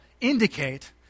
indicate